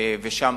ושם